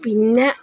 പിന്നെ